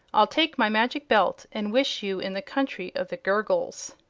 i'll take my magic belt and wish you in the country of the gurgles.